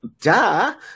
duh